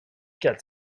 quatre